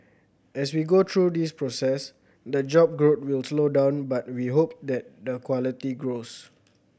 as we go through this process the job growth will slow down but we hope that the quality grows